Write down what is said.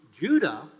Judah